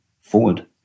forward